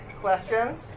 questions